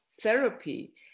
therapy